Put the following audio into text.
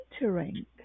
entering